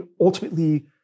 ultimately